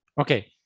Okay